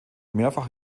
mehrfach